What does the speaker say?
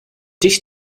dich